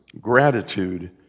gratitude